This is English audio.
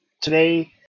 today